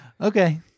Okay